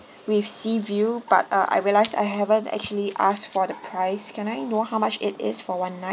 with sea view but uh I realized I haven't actually asked for the price can I know how much it is for one night